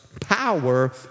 power